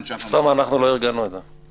אנחנו לא ארגנו את זה.